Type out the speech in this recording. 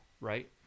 right